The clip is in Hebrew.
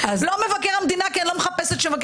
לא מבקר המדינה כי אני לא מחפשת שמבקר